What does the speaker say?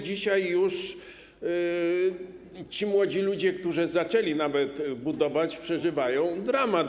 Dzisiaj już ci młodzi ludzie, którzy zaczęli nawet budować, przeżywają dramat.